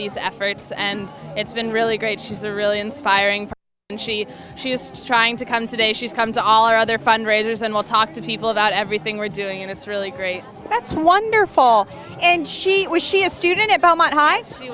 these efforts and it's been really great she's a really inspiring and she she is trying to come today she's come to all our other fundraisers and we'll talk to people about everything we're doing and it's really great that's wonderful and she was she a student at belmont